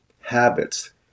habits